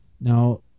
now